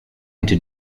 into